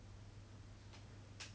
teacher I guess